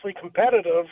competitive